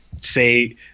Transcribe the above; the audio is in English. say